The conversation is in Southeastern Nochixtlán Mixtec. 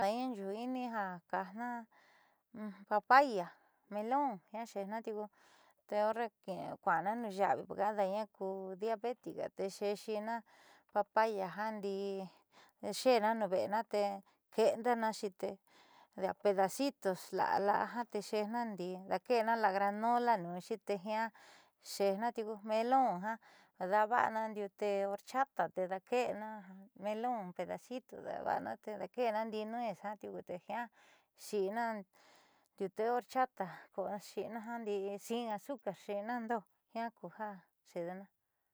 Ada'aña yu'ui'ini ja ka'ajna papaya, melón jiaa xe'ejna tiuku te horre kua'ana nuuxa'avi porque ada'aña ku diabética tee xe'exina papaya jandii xe'ena nuun ve'ena tee ke'endenaxi tee de a pedacitos la'a la'a ja tee xe'ena ndii daake'ena la'a granola nuunxi te jiaa xeéna tiuku melón ja daava'ano ndiute horchata te daake'ena melón pedacito daava'ana te daake'ena ndii nuez ja tiuku te jiaa xi'ina ndiute de horchata xi'ina sin azucar xiinando jiaa ku ja xe'edena.